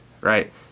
right